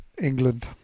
England